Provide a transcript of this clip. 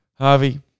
Harvey